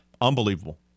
Unbelievable